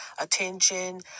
attention